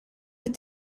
fit